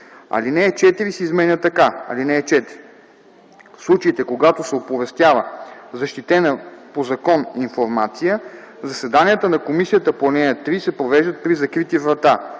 Алинея 4 се изменя така: „(4) В случаите, когато се оповестява защитена по закон информация, заседанията на комисията по ал. 3 се провеждат при закрити врата,